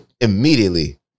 Immediately